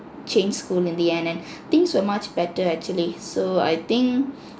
changed school in the end and things were much better actually so I think